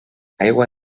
aigua